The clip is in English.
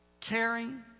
caring